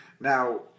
Now